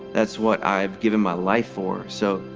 that's what i've given my life for. so,